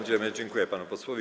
Dziękuję panu posłowi.